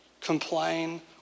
complain